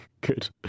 good